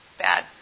bad